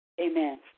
Amen